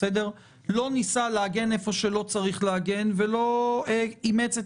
לא ניסה להגן איפה שלא צריך להגן ולא אימץ.